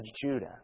Judah